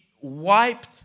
wiped